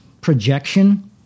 projection